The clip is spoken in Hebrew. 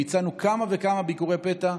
ביצענו כמה וכמה ביקורי פתע.